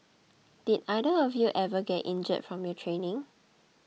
did either of you ever get injured from your training